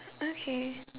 okay